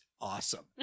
awesome